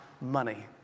money